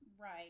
right